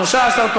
התשע"ז 2017,